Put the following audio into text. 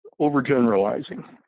overgeneralizing